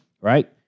right